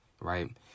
right